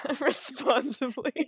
Responsibly